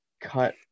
cut